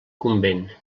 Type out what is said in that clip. convent